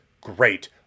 great